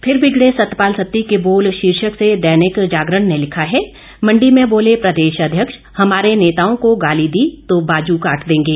फिर बिगड़े सतपाल सत्ती के बोल शीर्षक से दैनिक जागरण ने लिखा है मंडी में बोले प्रदेश अध्यक्ष हमारे नेताओं को गाली दी तो बाजू काट देंगे